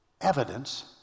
evidence